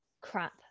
crap